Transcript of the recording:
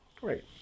Great